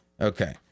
Okay